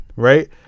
right